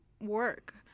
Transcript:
work